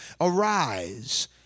Arise